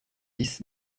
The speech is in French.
dix